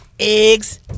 eggs